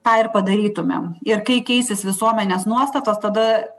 tą ir padarytumėm ir kai keisis visuomenės nuostatos tada